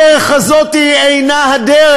הדרך הזאת היא לא הדרך.